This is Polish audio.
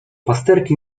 pasterki